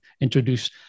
introduce